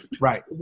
Right